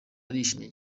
arishimye